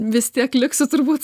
vis tiek liksiu turbūt